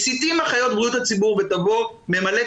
מסיטים אחיות לבריאות הציבור ותבוא ממלאת